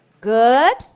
Good